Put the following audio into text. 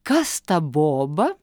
kas ta boba